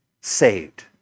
saved